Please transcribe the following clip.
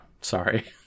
Sorry